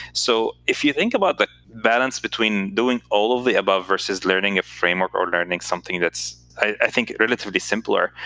so if you think about the balance between doing all of the above versus learning a framework or learning something that's, i think, relatively simpler,